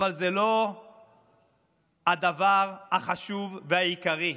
אבל זה לא הדבר החשוב והעיקרי.